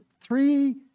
three